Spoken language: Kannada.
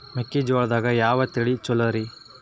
ಮೆಕ್ಕಿಜೋಳದಾಗ ಯಾವ ತಳಿ ಛಲೋರಿ?